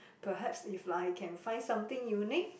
perhaps if like I can find something unique